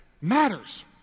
matters